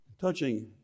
touching